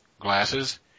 glasses